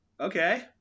Okay